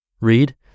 Read